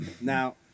Now